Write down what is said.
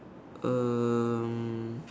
um